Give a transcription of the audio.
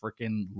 freaking